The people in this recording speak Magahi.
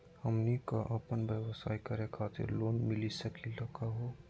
हमनी क अपन व्यवसाय करै खातिर लोन मिली सकली का हो?